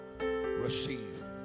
receive